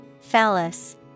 Phallus